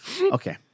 Okay